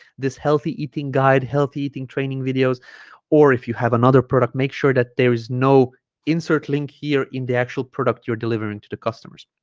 this healthy eating guide healthy eating training videos or if you have another product make sure that there is no insert link here in the actual product you're delivering to the customers